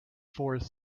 fourth